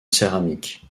céramique